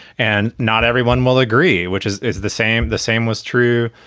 and not everyone will agree, which is is the same. the same was true,